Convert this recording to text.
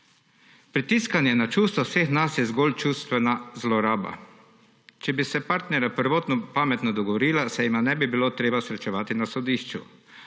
Pritiskanje na čustva vseh nas je zgolj čustvena zloraba. Če bi se partnerja prvotno pametno dogovorila, se jima ne bi bilo treba srečevati na sodišču.